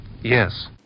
Yes